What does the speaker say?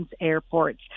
airports